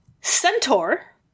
centaur